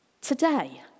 Today